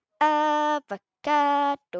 avocado